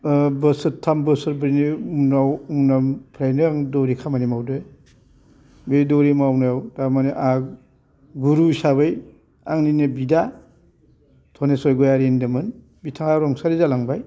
ओह बोसोतथाम बोसोरब्रैनि उनाव उनाव फ्राइनो आं दौरि खामानि मावदो बे दौरि मावनायाव दारमानि आख गुरु हिसाबै आंनिनो बिदा धनेस्वर गयारी होन्दोमोन बिथाङा रुंसारि जालांबाय